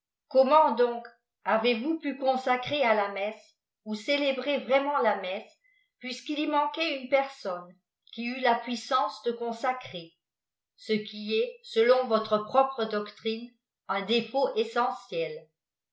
comment donc avez vous pu consacrer à la messe ou célébrer vraiment la ipesse puisqu'il j manquait une personne qui eût la puissance de consacrer ce qui est selon votre propre doclriiie un filéfaut essentiel